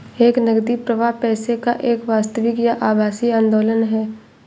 एक नकदी प्रवाह पैसे का एक वास्तविक या आभासी आंदोलन है